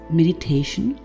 meditation